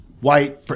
White